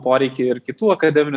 poreikį ir kitų akademinių